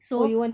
so